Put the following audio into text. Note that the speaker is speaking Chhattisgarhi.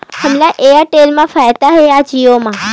हमला एयरटेल मा फ़ायदा हे या जिओ मा?